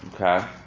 okay